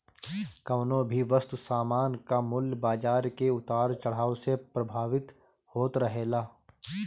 कवनो भी वस्तु सामान कअ मूल्य बाजार के उतार चढ़ाव से प्रभावित होत रहेला